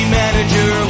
manager